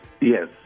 Yes